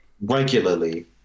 regularly